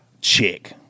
chick